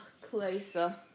closer